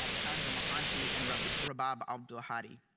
ah chandra mohanty and rabab rabab abdulhadi.